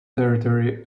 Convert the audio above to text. territory